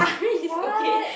what